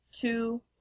two